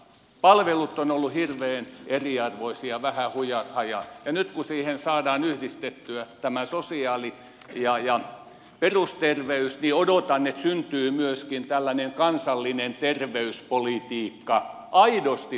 palvelut ovat olleet hirveän eriarvoisia vähän hujan hajan ja nyt kun siihen saadaan yhdistettyä tämä sosiaalipuoli ja perusterveys niin odotan että syntyy myöskin tällainen kansallinen terveyspolitiikka aidosti suomeen